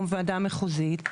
שנוצרה בוועדות המחוזיות.